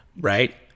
right